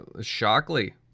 Shockley